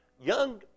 young